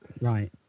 Right